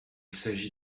s’agit